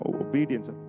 obedience